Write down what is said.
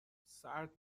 سرد